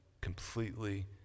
completely